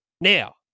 Now